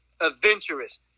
adventurous